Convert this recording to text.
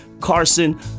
Carson